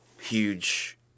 huge